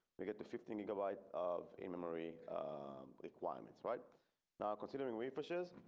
we get the fifteen gigabyte of a memory requirements right now, considering refresh is.